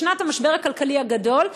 משנת המשבר הכלכלי הגדול,